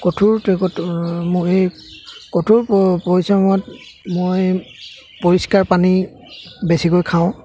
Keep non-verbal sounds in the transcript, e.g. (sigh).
কঠোৰ (unintelligible) কঠোৰ প পৰিশ্ৰমত মই পৰিষ্কাৰ পানী বেছিকৈ খাওঁ